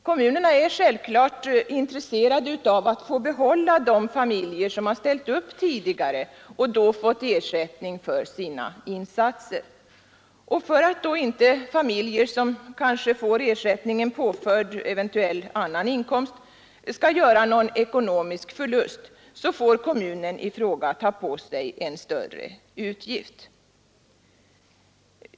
Kommunerna är självklart intresserade av att få behålla de familjer som har ställt upp tidigare och då fått ersättning för sina insatser. Och för att då inte familjer som kanske får ersättningen påförd eventuell annan inkomst skall göra någon ekonomisk förlust får kommunen i fråga ta på sig en större utgift.